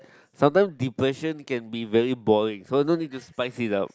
sometime depression can be very boring so know need to spice it up